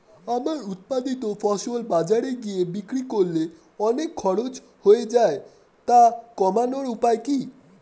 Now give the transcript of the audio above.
আমার উৎপাদিত ফসল বাজারে গিয়ে বিক্রি করলে অনেক খরচ হয়ে যায় তা কমানোর উপায় কি?